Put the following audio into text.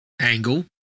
angle